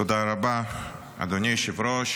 תודה רבה, אדוני היושב-ראש.